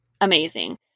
amazing